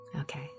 Okay